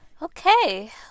Okay